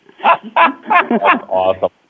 awesome